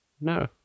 No